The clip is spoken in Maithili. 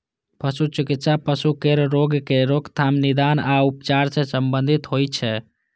पशु चिकित्सा पशु केर रोगक रोकथाम, निदान आ उपचार सं संबंधित होइ छै